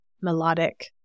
melodic